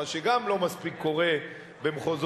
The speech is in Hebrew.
מה שלא מספיק קורה במחוזותינו,